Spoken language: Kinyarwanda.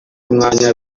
umwanya